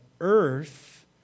earth